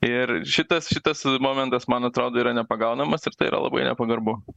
ir šitas šitas momentas man atrodo yra nepagaunamas ir tai yra labai nepagarbu